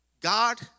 God